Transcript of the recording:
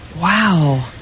Wow